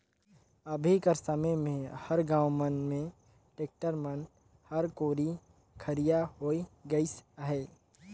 अभी कर समे मे हर गाँव मन मे टेक्टर मन हर कोरी खरिखा होए गइस अहे